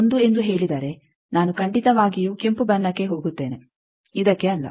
1 ಎಂದು ಹೇಳಿದರೆ ನಾನು ಖಂಡಿತವಾಗಿಯೂ ಕೆಂಪು ಬಣ್ಣಕ್ಕೆ ಹೋಗುತ್ತೇನೆ ಇದಕ್ಕೆ ಅಲ್ಲ